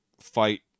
fight